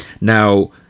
Now